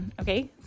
Okay